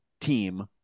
team